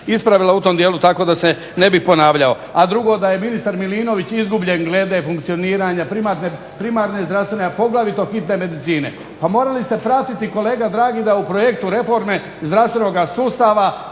ispravila u tom dijelu tako da se ne bih ponavljao. A drugo da je ministar Milinović izgubljen glede funkcioniranja primarne zdravstvene, a poglavito hitne medicine. Pa morali ste pratiti kolega dragi da u projektu reforme zdravstvenoga sustava